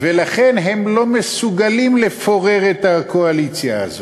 ולכן הם לא מסוגלים לפורר את הקואליציה הזאת.